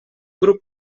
grup